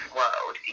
world